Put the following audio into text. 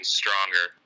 stronger